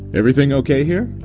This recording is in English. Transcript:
everything okay here?